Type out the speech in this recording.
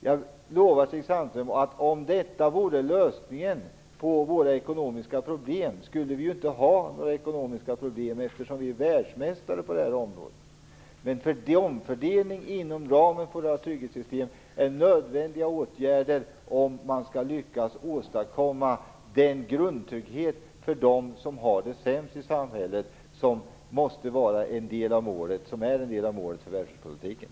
Jag lovar Stig Sandström att om detta vore lösningen på våra ekonomiska problem skulle vi inte ha ekonomiska problem, eftersom vi är världsmästare på det här området. Men omfördelning inom ramen för våra trygghetssystem är nödvändiga åtgärder, om man skall lyckas åstadkomma den grundtrygghet för dem som har det sämst i samhället som är en del av målet för välfärdspolitiken.